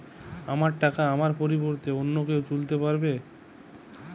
আমার টাকা আমার পরিবর্তে অন্য কেউ তুলতে পারবে?